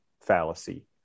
fallacy